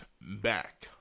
back